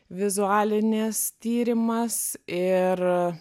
vizualinės tyrimas ir